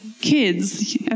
kids